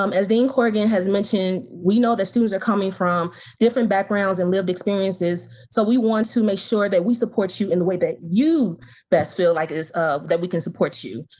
um as dean korgan has mentioned we know that students are coming from different backgrounds and lived experiences so we want to make sure that we support you in the way that you best feel like um that we can support you.